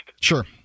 Sure